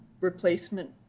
replacement